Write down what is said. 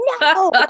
no